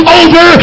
over